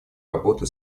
работы